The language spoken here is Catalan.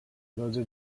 dotze